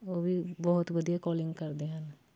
ਉਹ ਵੀ ਬਹੁਤ ਵਧੀਆ ਕੋਲਿੰਗ ਕਰਦੇ ਹਨ